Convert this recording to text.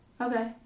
Okay